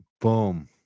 boom